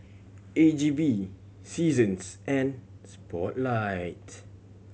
A G V Seasons and Spotlight